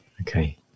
Okay